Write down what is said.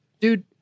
dude